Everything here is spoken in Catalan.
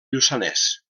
lluçanès